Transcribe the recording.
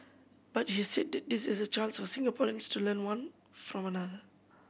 but he said that this is a chance for Singaporeans to learn one from